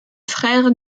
frère